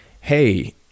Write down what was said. hey